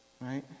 Right